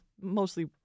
mostly